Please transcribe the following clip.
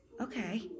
Okay